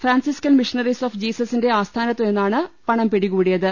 Franciscan missionaries of ജീസ സിന്റെ ആസ്ഥാനത്തുനിന്നാണ് പണം പിടികൂടിയത്